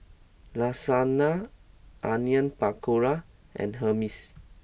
Lasagna Onion Pakora and Hummus